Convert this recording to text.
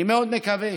אני מאוד מקווה